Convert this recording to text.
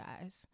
guys